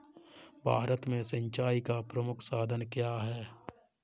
भारत में सिंचाई का प्रमुख साधन क्या है?